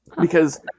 Because-